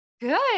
Good